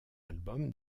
album